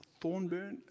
Thornburn